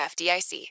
FDIC